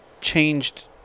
changed